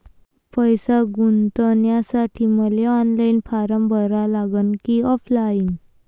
पैसे गुंतन्यासाठी मले ऑनलाईन फारम भरा लागन की ऑफलाईन?